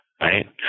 right